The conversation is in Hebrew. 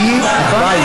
נכון?